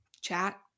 chat